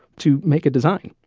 to make a design.